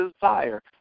desire